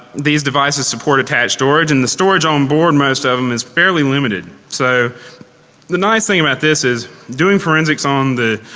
these devices support attached storage. and the storage on um board most of them is fairly limited. so the nice thing about this is doing forensics on the